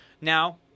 Now